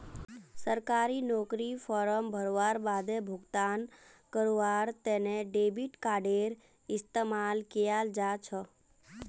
सरकारी नौकरीर फॉर्म भरवार बादे भुगतान करवार तने डेबिट कार्डडेर इस्तेमाल कियाल जा छ